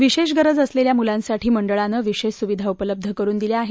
विशेष गरज असलेल्या मुलांसाठी मंडळानं विशेष सुविधा उपलब्ध करुन दिल्या आहेत